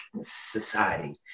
society